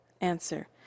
Answer